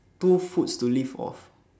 two foods to live off